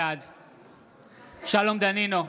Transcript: בעד שלום דנינו,